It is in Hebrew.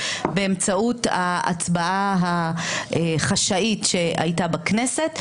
באמצעות ההצבעה החשאית שהייתה בכנסת,